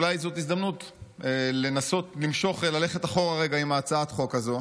אולי זו הזדמנות לנסות למשוך וללכת אחורה רגע עם הצעת החוק הזאת,